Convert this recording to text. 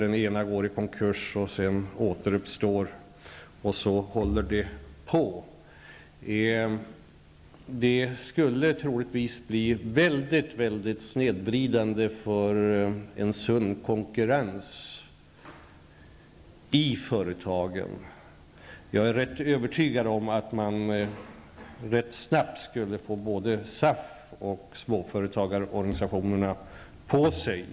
Företag går i konkurs, återuppstår, och så håller de på. Det skulle troligtvis bli mycket snedvridande på den sunda konkurrensen mellan företagen. Jag är ganska övertygad om att man snart skulle få SAF och småföretagarnas organisationer på sig.